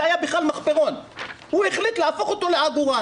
זה היה מחפרון והחליטו להפוך את זה לעגורן.